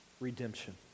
Redemption